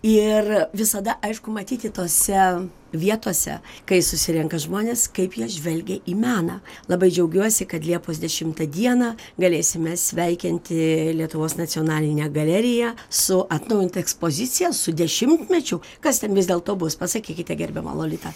ir visada aišku matyti tose vietose kai susirenka žmonės kaip jie žvelgia į meną labai džiaugiuosi kad liepos dešimtą dieną galėsime sveikinti lietuvos nacionalinę galeriją su atnaujinta ekspozicija su dešimtmečiu kas ten vis dėlto bus pasakykite gerbiama lolita